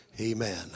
Amen